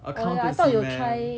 accountancy man